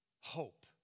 hope